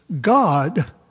God